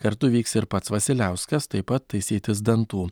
kartu vyks ir pats vasiliauskas taip pat taisytis dantų